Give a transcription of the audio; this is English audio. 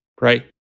right